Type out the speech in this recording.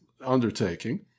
undertaking